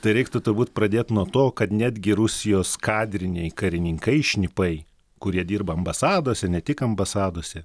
tai reiktų turbūt pradėt nuo to kad netgi rusijos kadriniai karininkai šnipai kurie dirba ambasadose ne tik ambasadose